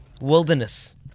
Wilderness